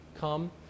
come